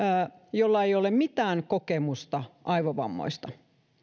jolla ei ole mitään kokemusta aivovammoista